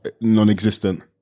Non-existent